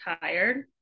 tired